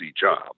job